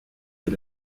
des